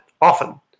often